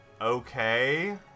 okay